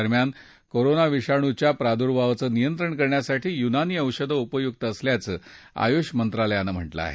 दरम्यान कोरोना विषाणूच्या प्रादुर्भाचं नियंत्रण करण्यासाठी युनानी औषधं उपयुक असल्याचं आयुष मंत्रालयानं म्हटलं आहे